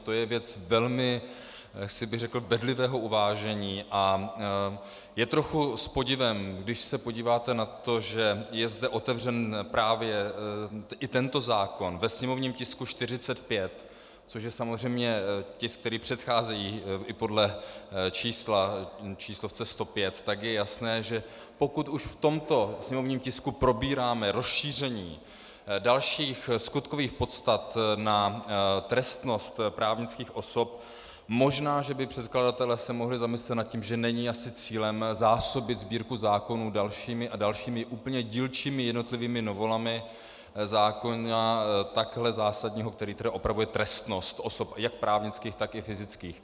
To je věc, řekl bych, velmi bedlivého uvážení a je trochu s podivem, když se podíváte na to, že je zde otevřen právě i tento zákon ve sněmovním tisku 45, což je samozřejmě tisk, který předchází i podle čísla číslovce 105, tak je jasné, že pokud už v tomto sněmovním tisku probíráme rozšíření dalších skutkových podstat na trestnost právnických osob, možná že by se předkladatelé mohli zamyslet nad tím, že není asi cílem zásobit Sbírku zákonů dalšími a dalšími úplně dílčími jednotlivými novelami zákona takhle zásadního, který upravuje trestnost osob jak právnických, tak i fyzických.